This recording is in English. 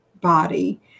body